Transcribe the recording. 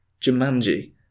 Jumanji